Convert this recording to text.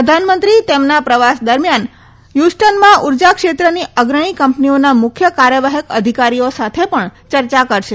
પ્રધાનમંત્રી તેમના પ્રવાસ દરમિથાન યુસટર્નમાં ઉર્જા ક્ષેત્રની અગ્રણી કંપનીઓના મુખ્ય કાર્યવાહક અધિકારીઓ સાથે પણ ચર્ચા કરશે